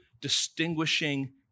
distinguishing